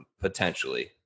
potentially